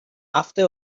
after